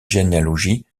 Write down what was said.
généalogie